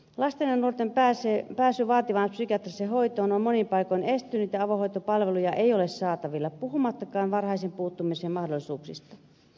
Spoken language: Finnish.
lasten ja nuorten pääsy vaativaan psykiatriseen hoitoon on monin paikoin estynyt ja avohoitopalveluja ei ole saatavilla puhumattakaan varhaisen puuttumisen mahdollisuuksista